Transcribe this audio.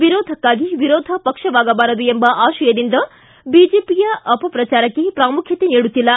ವಿರೋಧಕ್ಕಾಗಿ ವಿರೋಧ ಪಕ್ಷವಾಗಬಾರದು ಎಂಬ ಆಶಯದಿಂದ ಬಿಜೆಪಿಯ ಅಪಪ್ರಚಾರಕ್ಕೆ ಪ್ರಾಮುಖ್ಯತೆ ನೀಡುತ್ತಿಲ್ಲ